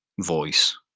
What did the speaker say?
voice